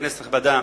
כנסת נכבדה,